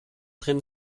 drin